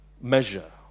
measure